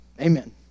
Amen